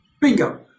Bingo